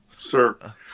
Sir